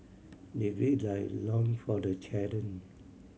they gird their loin for the challenge